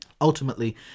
Ultimately